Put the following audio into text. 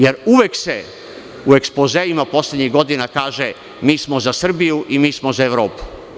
Jer, uvek se u ekspozeima poslednjih godina kaže – mi smo za Srbiju i mi smo za Evropu.